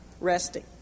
resting